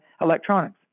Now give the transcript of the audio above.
electronics